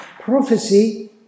prophecy